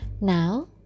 Now